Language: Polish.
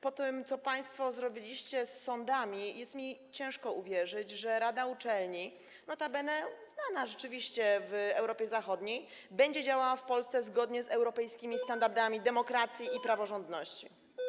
Po tym, co państwo zrobiliście z sądami, jest mi ciężko uwierzyć, że rada uczelni, notabene rzeczywiście znana w Europie Zachodniej, będzie działała w Polsce zgodnie z europejskimi standardami demokracji i praworządności.